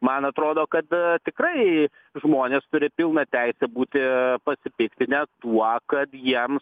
man atrodo kad tikrai žmonės turi pilną teisę būti pasipiktinę tuo kad jiems